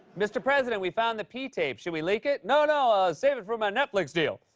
mr. president, we found the pee tape. should we leak it? no, no, ah save it for my netflix deal.